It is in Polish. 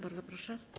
Bardzo proszę.